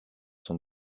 sont